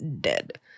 dead